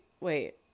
wait